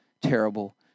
terrible